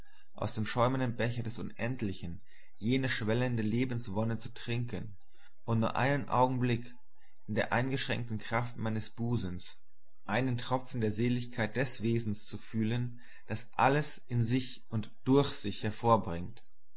aus dem schäumenden becher des unendlichen jene schwellende lebenswonne zu trinken und nur einen augenblick in der eingeschränkten kraft meines busens einen tropfen der seligkeit des wesens zu fühlen das alles in sich und durch sich hervorbringt